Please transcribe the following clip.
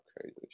crazy